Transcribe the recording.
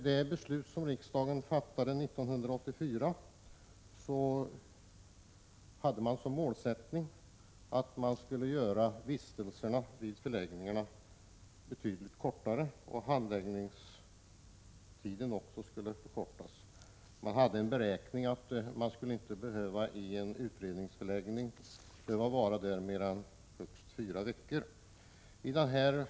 Det beslut riksdagen fattade 1984 hade som målsättning att göra vistelserna vid förläggningarna betydligt kortare och att förkorta även handläggningstiden. Det fanns en beräkning att ingen skulle behöva vara i en utredningsförläggning mer än högst fyra veckor.